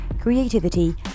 creativity